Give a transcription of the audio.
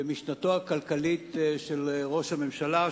במשנתו הכלכלית של ראש הממשלה,